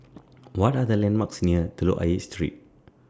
What Are The landmarks near Telok Ayer Street